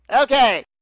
Okay